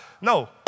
No